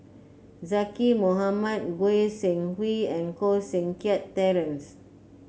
Zaqy Mohamad Goi Seng Hui and Koh Seng Kiat Terence